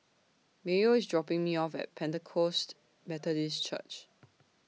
Mayo IS dropping Me off At Pentecost Methodist Church